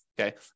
okay